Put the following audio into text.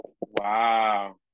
Wow